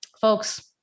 folks